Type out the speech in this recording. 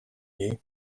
you